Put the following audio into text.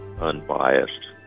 unbiased